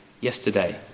yesterday